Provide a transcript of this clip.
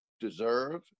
deserve